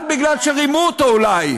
רק בגלל שרימו אותו אולי,